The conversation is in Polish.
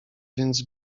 więc